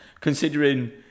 considering